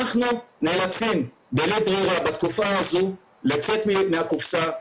אנחנו נאלצים בלית ברירה בתקופה הזו לצאת מהקופסה,